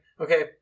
Okay